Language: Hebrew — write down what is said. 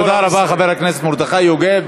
תודה רבה, חבר הכנסת מרדכי יוגב.